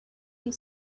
you